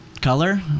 Color